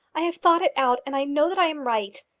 i have thought it out, and i know that i am right.